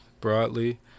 broadly